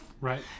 Right